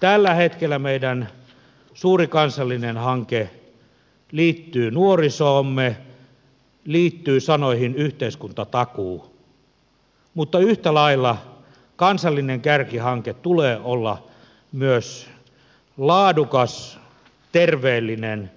tällä hetkellä meidän suuri kansallinen hanke liittyy nuorisoomme sanaan yhteiskuntatakuu mutta yhtä lailla kansallisen kärkihankkeen tulee olla myös laadukas terveellinen